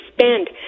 spend